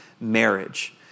marriage